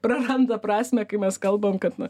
praranda prasmę kai mes kalbam kad nu